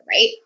right